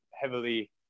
heavily